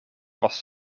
was